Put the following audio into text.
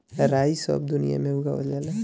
राई सब दुनिया में उगावल जाला